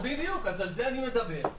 בדיוק על זה אני מדבר.